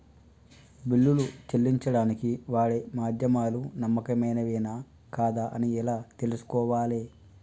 బిల్లులు చెల్లించడానికి వాడే మాధ్యమాలు నమ్మకమైనవేనా కాదా అని ఎలా తెలుసుకోవాలే?